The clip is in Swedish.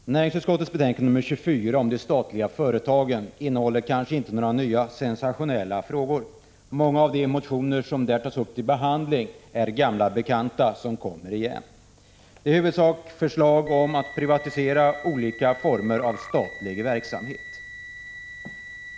Herr talman! Näringsutskottets betänkande 24 om de statliga företagen innehåller kanske inte några nya sensationella frågor. Många av de motioner som där tas upp till behandling är gamla bekanta som kommer igen. Det är i huvudsak förslag om att privatisera olika former av statlig verksamhet.